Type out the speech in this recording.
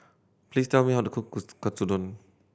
please tell me how to cook Katsudon